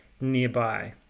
nearby